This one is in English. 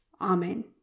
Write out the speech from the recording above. Amen